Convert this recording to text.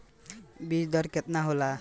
बीज दर केतना होला?